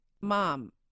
mom